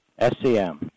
SCM